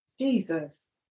Jesus